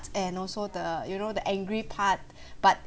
and also the you know the angry part but